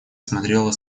смотрела